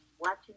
watching